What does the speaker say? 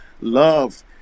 love